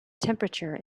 temperature